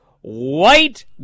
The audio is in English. White